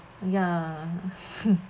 ya